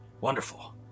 Wonderful